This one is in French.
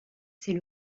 c’est